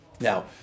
Now